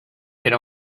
could